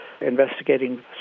investigating